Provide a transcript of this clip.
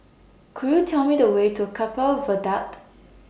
Could YOU Tell Me The Way to Keppel Viaduct